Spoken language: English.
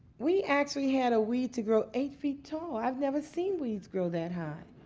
we actually had a weed to grow eight feet tall. i've never seen weeds grow that high.